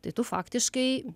tai tu faktiškai